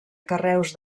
carreus